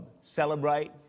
celebrate